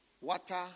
water